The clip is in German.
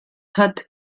hat